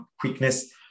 quickness